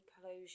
closure